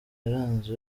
yaranze